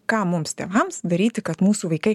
ką mums tėvams daryti kad mūsų vaikai